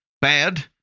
Bad